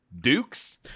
Dukes